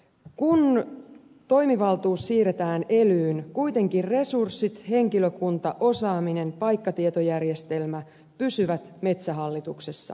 kun toimivaltuus siirretään elyyn kuitenkin resurssit henkilökunta osaaminen paikkatietojärjestelmä pysyvät metsähallituksessa